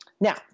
now